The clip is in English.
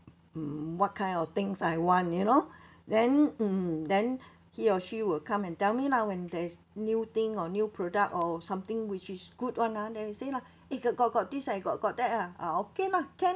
mm what kind of things I want you know then mm then he or she will come and tell me lah when there's new thing or new product or something which is good [one] ah then will say lah eh got got got this eh got got that ah ah okay lah can